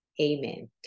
Amen